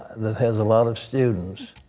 that has a lot of students.